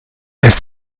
ist